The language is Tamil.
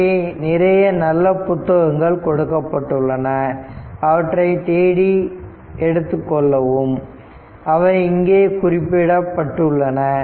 இங்கே நிறைய நல்ல புத்தகங்கள் கொடுக்கப்பட்டுள்ளன அவற்றை தேடி எடுத்துக் கொள்ளவும் அவை இங்கே குறிப்பிடப்பட்டுள்ளன